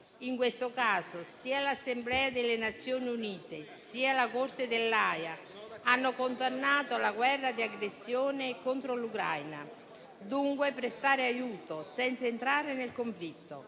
In questo caso, sia l'Assemblea delle Nazioni Unite sia la Corte dell'Aja hanno condannato la guerra di aggressione contro l'Ucraina. Dunque prestare aiuto senza entrare nel conflitto